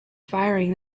firing